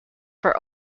for